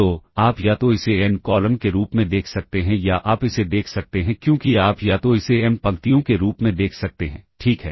तो आप या तो इसे एन कॉलम के रूप में देख सकते हैं या आप इसे देख सकते हैं क्योंकि आप या तो इसे एम पंक्तियों के रूप में देख सकते हैं ठीक है